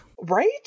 Right